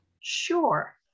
Sure